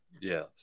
Yes